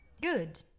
Good